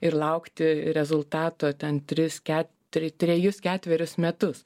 ir laukti rezultato ten tris keturi trejus ketverius metus